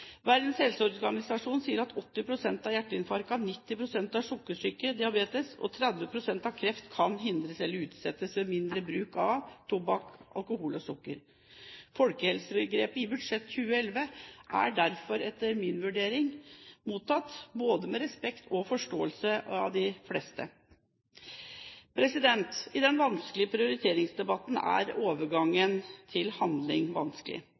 Verdens helseorganisasjon sier at 80 pst. av hjerteinfarktene, 90 pst. av sukkersyke, diabetes, og 30 pst. av kreft kan hindres eller utsettes ved mindre bruk av tobakk, alkohol og sukker. Folkehelsebegrepet i budsjettet for 2011 er derfor etter min vurdering mottatt både med respekt og forståelse av de fleste. Det vanskeligste i prioriteringsdebatten er overgangen til handling.